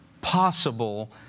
possible